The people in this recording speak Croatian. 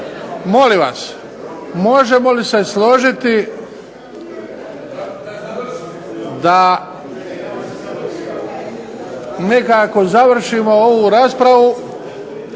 Molim vas, možemo li se složiti da nekako završimo ovu raspravu.